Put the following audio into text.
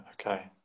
okay